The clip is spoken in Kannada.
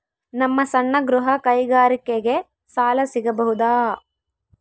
ನಮ್ಮ ಸಣ್ಣ ಗೃಹ ಕೈಗಾರಿಕೆಗೆ ಸಾಲ ಸಿಗಬಹುದಾ?